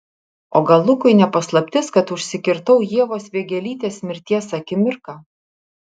o gal lukui ne paslaptis kad užsikirtau ievos vėgėlytės mirties akimirką